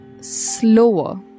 slower